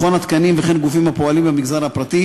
מכון התקנים וגופים הפועלים במגזר הפרטי